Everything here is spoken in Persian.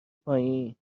پایین